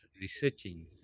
researching